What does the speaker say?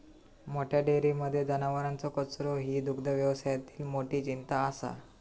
मोठ्या डेयरींमध्ये जनावरांचो कचरो ही दुग्धव्यवसायातली मोठी चिंता असा